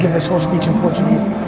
this whole speech in portuguese.